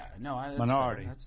minority